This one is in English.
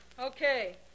Okay